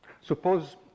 suppose